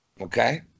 Okay